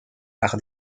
par